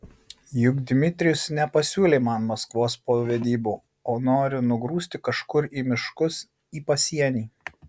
juk dmitrijus nepasiūlė man maskvos po vedybų o nori nugrūsti kažkur į miškus į pasienį